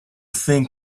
think